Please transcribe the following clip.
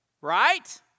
Right